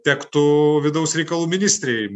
tektų vidaus reikalų ministrei